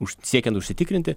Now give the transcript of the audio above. už siekiant užsitikrinti